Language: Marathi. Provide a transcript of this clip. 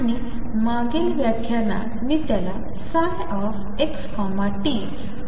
आणि मागील व्याख्यान मी त्याला ψ x t असा संकेत दिला होता